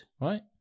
right